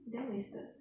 damn wasted